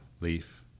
Leaf